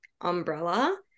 umbrella